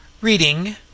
Reading